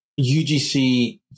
UGC